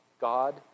God